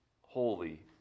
holy